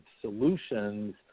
solutions